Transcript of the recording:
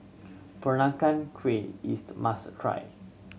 Peranakan Kueh is a must try